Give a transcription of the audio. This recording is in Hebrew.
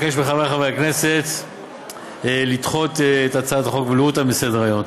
אבקש מחבריי חברי הכנסת לדחות את הצעת החוק ולהוריד אותה מסדר-היום.